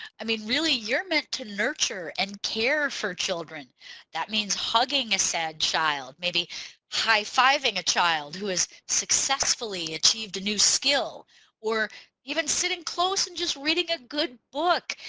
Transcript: i mean really you're meant to nurture and care for children that means hugging a sad child maybe high-fiving a child who has successfully achieved a new skill or even sitting close and just reading a good book.